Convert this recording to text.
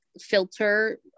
filter